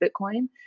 Bitcoin